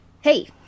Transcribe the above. Hey